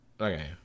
Okay